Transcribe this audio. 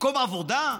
ומקום עבודה.